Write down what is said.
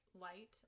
light